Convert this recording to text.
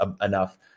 enough